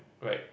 right